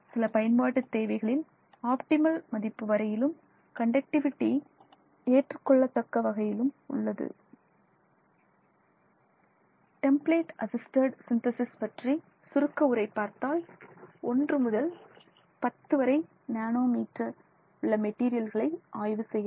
சில பயன்பாட்டு தேவைகளில் ஆப்டிமல் மதிப்பு வரையிலும் கண்டக்டிவிடி ஏற்றுக் கொள்ளத்தக்க வகையில் உள்ளது template assisted synthesis template assisted synthesis பற்றி சுருக்க உரை பார்த்தால் ஒன்று முதல் 10 வரை 10 நானோ மீட்டர் உள்ள மெட்டீரியல்களை ஆய்வு செய்கிறது